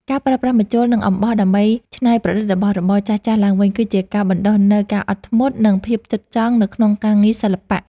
ការប្រើប្រាស់ម្ជុល និង អំបោះដើម្បីច្នៃប្រឌិតរបស់របរចាស់ៗឡើងវិញ គឺជាការបណ្ដុះនូវការអត់ធ្មត់ និង ភាពផ្ចិតផ្ចង់នៅក្នុងការងារសិល្បៈ។